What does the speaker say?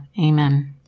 Amen